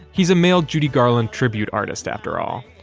he's a male judy garland tribute artist, after all,